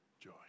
joy